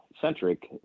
Centric